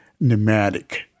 pneumatic